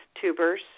tubers